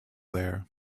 there